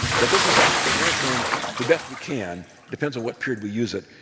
so this is actually measuring the best we can, depends on what period we use it,